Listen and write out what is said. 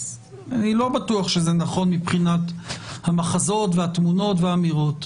אני לא בטוח שזה נכון מבחינת המחזות והתמונות והאמירות.